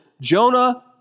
Jonah